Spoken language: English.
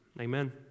Amen